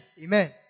Amen